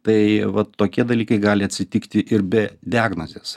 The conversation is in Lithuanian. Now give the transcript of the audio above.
tai vat tokie dalykai gali atsitikti ir be diagnozės